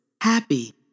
happy